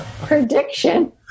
prediction